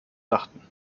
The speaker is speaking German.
dachten